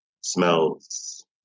smells